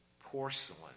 porcelain